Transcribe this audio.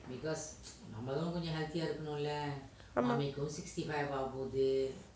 ஆமா:aama